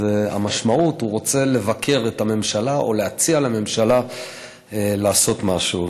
והמשמעות: הוא רוצה לבקר את הממשלה או להציע לממשלה לעשות משהו.